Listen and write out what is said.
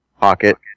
pocket